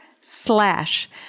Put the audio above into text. slash